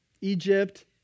Egypt